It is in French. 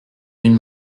d’une